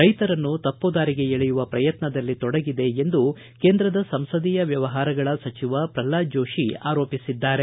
ರೈತರನ್ನು ತಪ್ಪು ದಾರಿಗೆ ಎಳೆಯುವ ಪ್ರಯತ್ನದಲ್ಲಿ ತೊಡಗಿದೆ ಎಂದು ಕೇಂದ್ರದ ಸಂಸದೀಯ ವ್ಯವಹಾರಗಳ ಸಚಿವ ಪ್ರಲ್ವಾದ ಜೋತಿ ಆರೋಪಿಸಿದ್ದಾರೆ